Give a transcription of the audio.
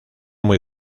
muy